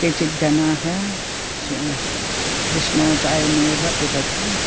केचिज्जनाः श् कृष्णचायम् एव पिबन्ति